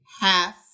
half